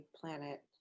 planet